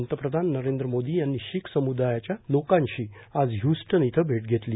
पंतप्रधान नरेंद्र मोदी यांनी शीख सम्दायाच्या लोकांशी आज ह्यूस्टन इथं भेट घेतली